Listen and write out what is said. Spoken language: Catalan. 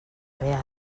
real